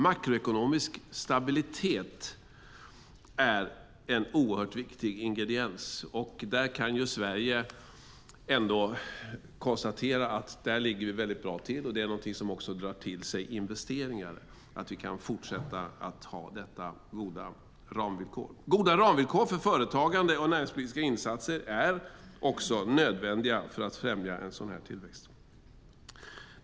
Makroekonomisk stabilitet är en oerhört viktig ingrediens. Där ligger Sverige bra till. Att vi kan fortsätta att ha dessa goda ramvillkor drar till sig investeringar. Goda ramvillkor för företagande och näringspolitiska insatser är nödvändiga för att främja tillväxt.